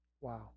Wow